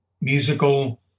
musical